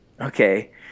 Okay